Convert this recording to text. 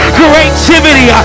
creativity